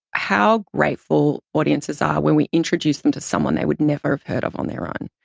how grateful audiences are when we introduce them to someone they would never have heard of on their own.